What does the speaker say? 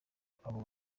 abo